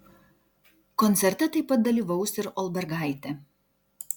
koncerte taip pat dalyvaus ir olbergaitė